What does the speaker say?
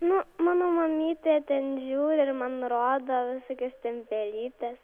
nu mano mamytė ten žiūri ir man rodo visokias ten pelytes